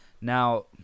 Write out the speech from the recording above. Now